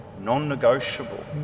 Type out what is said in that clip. non-negotiable